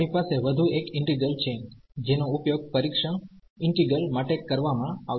આપણી પાસે વધુ એક ઈન્ટિગ્રલછે જેનો ઉપયોગ પરીક્ષણ ઈન્ટિગ્રલમાટે કરવામાં આવશે